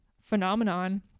phenomenon